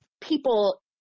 people